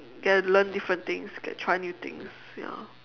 get to learn different things get to try new things ya